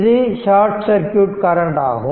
இது short circuit ஆகும்